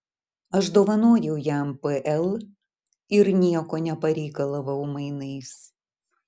aš dovanojau jam pl ir nieko nepareikalavau mainais